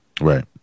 Right